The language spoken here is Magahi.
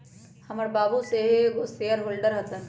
हमर बाबू सेहो एगो शेयर होल्डर हतन